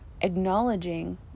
acknowledging